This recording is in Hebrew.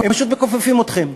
הם פשוט מכופפים אתכם,